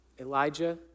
Elijah